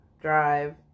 drive